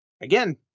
again